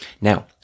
Now